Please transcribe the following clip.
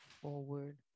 forward